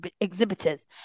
exhibitors